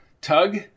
Tug